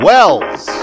Wells